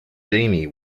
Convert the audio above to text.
jamie